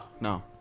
No